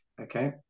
Okay